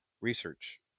Research